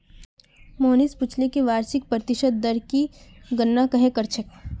मोहनीश पूछले कि वार्षिक प्रतिशत दर की गणना कंहे करछेक